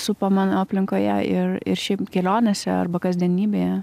supa mano aplinkoje ir ir šiaip kelionėse arba kasdienybėje